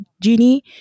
Genie